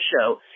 show